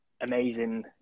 amazing